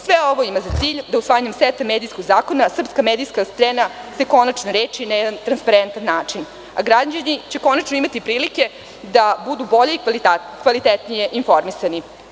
Sve ovo ima za cilj da usvajanjem seta medijskog zakona, srpska medijska scena se konačno reši na jedan transparentan način, a građani će konačno imati prilike da budu bolje i kvalitetnije informisani.